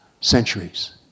Centuries